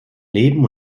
leben